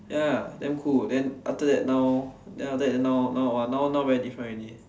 ya damn cool then after that now then after that now now now very different already